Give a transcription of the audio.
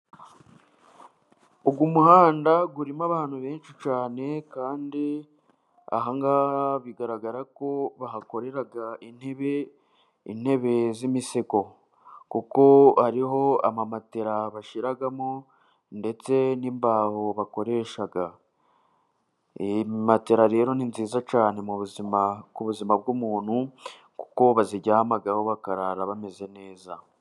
Uyu muhanda urimo abantu benshi cyane kandi aha ngaha bigaragarako bahakorera intebe, intebe z'imisego kuko hariho amamatera bashyiramo ndetse n'imbaho bakoresha. Matera rero ni nziza cyane mu buzima ku buzima bw'umuntu, kuko baziryamaho bakarara bameze neza.